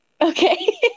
Okay